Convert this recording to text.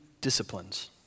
disciplines